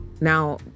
Now